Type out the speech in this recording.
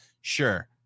Sure